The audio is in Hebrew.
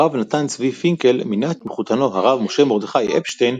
הרב נתן צבי פינקל מינה את מחותנו הרב משה מרדכי אפשטיין,